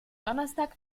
donnerstag